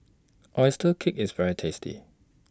Oyster Cake IS very tasty